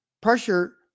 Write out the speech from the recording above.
pressure